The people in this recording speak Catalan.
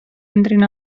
entrin